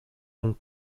hong